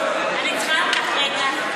החינוך להגיד.